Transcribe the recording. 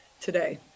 today